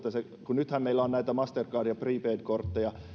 nythän meillä on näitä mastercard ja prepaid kortteja